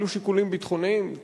אפילו שיקולים ביטחוניים,